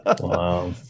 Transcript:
Wow